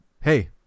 hey